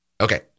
Okay